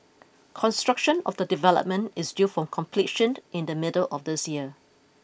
construction of the development is due for completion in the middle of this year